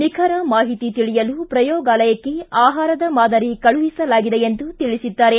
ನಿಖರ ಮಾಹಿತಿ ತಿಳಿಯಲು ಪ್ರಯೋಗಾಲಯಕ್ಕೆ ಆಹಾರದ ಮಾದರಿ ಕಳಿಸಲಾಗಿದೆ ಎಂದು ತಿಳಿಸಿದ್ದಾರೆ